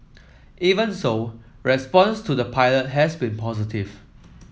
even so response to the pilot has been positive